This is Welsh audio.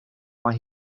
mae